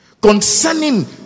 concerning